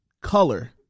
Color